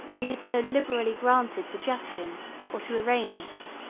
we had so liberally granted to justin or to irenaeus.